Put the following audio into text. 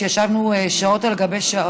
שעליה ישבנו שעות על גבי שעות,